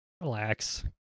relax